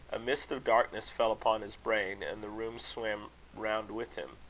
a mist of darkness fell upon his brain, and the room swam round with him.